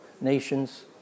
nations